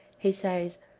he says,